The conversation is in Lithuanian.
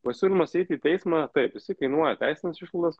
pasiūlymas eiti į teismą taip jisai kainuoja teisines išlaidas